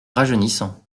rajeunissant